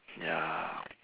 ya